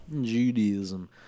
Judaism